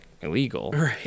illegal